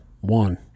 one